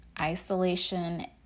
isolation